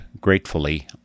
gratefully